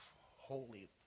holy